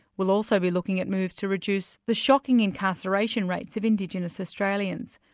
we'll also be looking at moves to reduce the shocking incarceration rates of indigenous australians,